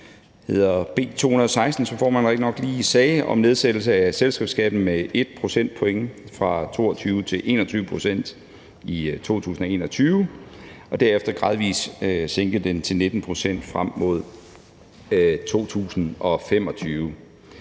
rigtigt nok lige sagde, om at nedsætte selskabsskatten med 1 procentpoint fra 22 til 21 pct. i 2021 og derefter gradvis sænke den til 19 pct. frem mod 2025.